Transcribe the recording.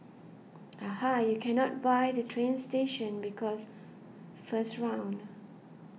aha you cannot buy the train station because first round